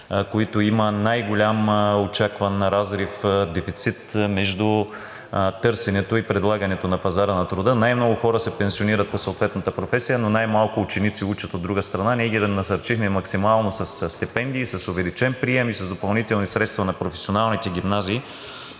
които имат най-голям очакван разрив, дефицит между търсенето и предлагането на пазара на труда – най-много хора се пенсионират по съответната професия, но най малко ученици учат, от друга страна. Ние ги насърчихме максимално със стипендии, с увеличен прием и с допълнителни средства на професионалните гимназии.